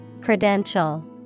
Credential